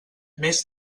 més